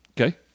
Okay